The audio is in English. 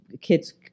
kids